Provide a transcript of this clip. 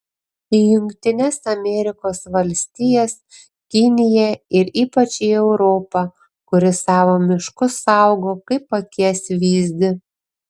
į jungtines amerikos valstijas kiniją ir ypač į europą kuri savo miškus saugo kaip akies vyzdį